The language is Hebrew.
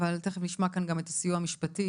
אבל תיכף נשמע כאן את הסיוע המשפטי